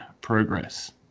progress